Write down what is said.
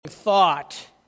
thought